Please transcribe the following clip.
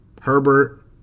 Herbert